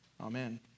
Amen